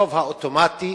הרוב האוטומטי